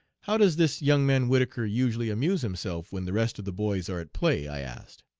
how does this young man whittaker usually amuse himself when the rest of the boys are at play i asked.